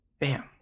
bam